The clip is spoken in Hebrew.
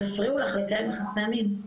יפריעו לך לקיים יחסי מין,